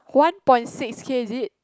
one point six K is it